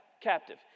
captive